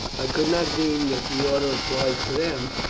i could not deem that the order applied to them,